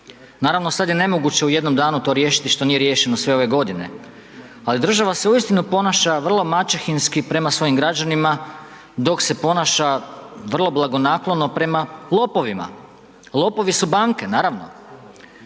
Naravno, sad je nemoguće u jednom danu to riješiti što nije riješeno sve ove godine. Ali država se uistinu ponaša vrlo maćehinski prema svojim građanima dok se ponaša vrlo blagonaklono prema lopovima. Lopovi su banke, naravno.